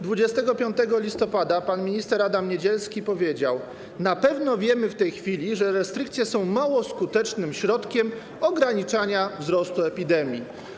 25 listopada pan minister Adam Niedzielski powiedział: Na pewno wiemy w tej chwili, że restrykcje są mało skutecznym środkiem ograniczenia wzrostu epidemii.